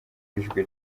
ijwi